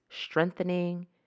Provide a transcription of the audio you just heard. strengthening